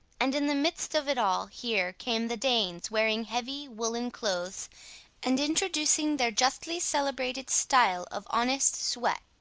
and in the midst of it all here came the danes wearing heavy woollen clothes and introducing their justly celebrated style of honest sweat.